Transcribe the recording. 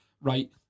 Right